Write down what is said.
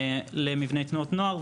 למבני תנועות נוער,